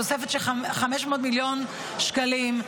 תוספת של 500 מיליון שקלים,